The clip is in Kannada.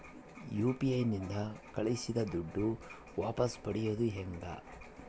ಯು.ಪಿ.ಐ ನಿಂದ ಕಳುಹಿಸಿದ ದುಡ್ಡು ವಾಪಸ್ ಪಡೆಯೋದು ಹೆಂಗ?